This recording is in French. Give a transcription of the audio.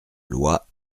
loi